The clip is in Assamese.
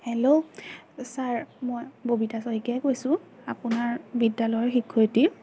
হেল্ল' ছাৰ মই ববিতা শইকীয়াই কৈছোঁ আপোনাৰ বিদ্যালয়ৰ শিক্ষয়িত্ৰী